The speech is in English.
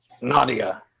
Nadia